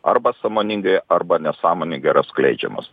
arba sąmoningai arba nesąmoningai yra skleidžiamas